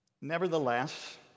Nevertheless